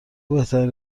بهترین